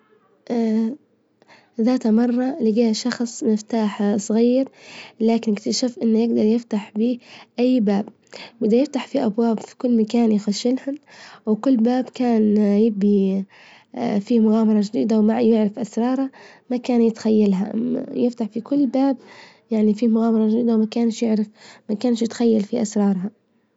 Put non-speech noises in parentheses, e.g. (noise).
(hesitation) ذات مرة لجى شخص مفتاح صغير لكن اكتشف إنه يجدر يفتح بيه أي باب، بدأ يفتح فيه أبواب في كل مكان يخشنهن وكل باب كان يبي (hesitation) فيه مغامرة جديدة ما كان يتخيلها، يفتح في كل باب يعني في مغامرة لأنه ما كانش يعرف- ما كانش يتخيل في أسرارها. (noise)